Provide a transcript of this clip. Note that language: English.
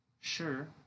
sure